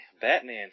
Batman